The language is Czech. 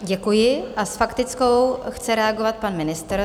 Děkuji a s faktickou chce reagovat pan ministr.